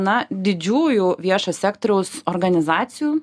na didžiųjų viešo sektoriaus organizacijų